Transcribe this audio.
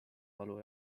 valu